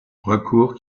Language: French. recours